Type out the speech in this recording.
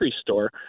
store